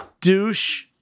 douche